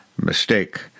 mistake